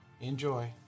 enjoy